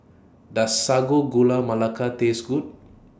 Does Sago Gula Melaka Taste Good